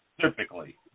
typically